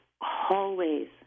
hallways